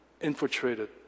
infiltrated